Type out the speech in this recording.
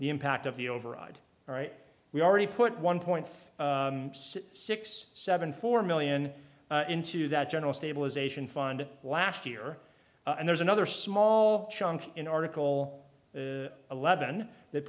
the impact of the override all right we already put one point six seven four million into that general stabilization fund last year and there's another small chunk in article eleven that